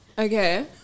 Okay